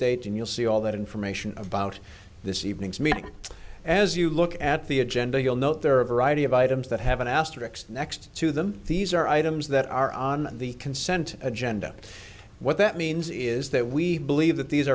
date and you'll see all that information about this evening's meeting as you look at the agenda you'll note there are a variety of items that have an asterisk next to them these are items that are on the consent agenda what that means is that we believe that these